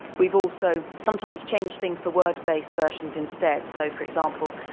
we've also sometimes changed things for word based versions instead, so, for example,